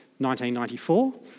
1994